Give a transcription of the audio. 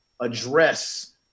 address